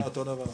אמרתי,